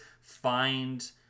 find